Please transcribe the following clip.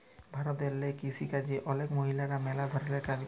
ভারতেল্লে কিসিকাজে অলেক মহিলারা ম্যালা ধরলের কাজ ক্যরে